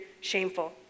shameful